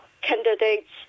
candidates